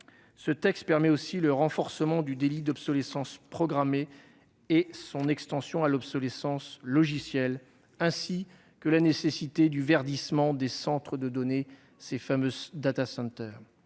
Cette loi permet aussi le renforcement du délit d'obsolescence programmée et son extension à l'obsolescence logicielle, ainsi que le verdissement des centres de données, les : il s'agit